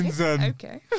Okay